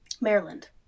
Maryland